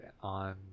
on